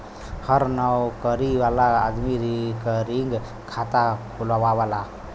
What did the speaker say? हर नउकरी वाला आदमी रिकरींग खाता खुलवावला